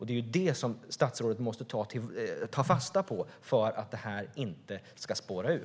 Det är det statsrådet måste ta fasta på för att det här inte ska spåra ur.